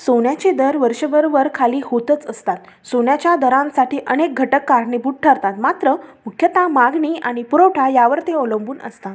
सोन्याचे दर वर्षभर वरखाली होतच असतात सोन्याच्या दरांसाठी अनेक घटक कारणीभूत ठरतात मात्र मुख्यतः मागणी आणि पुरवठा यावर ते अवलंबून असतात